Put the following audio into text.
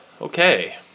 Okay